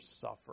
suffer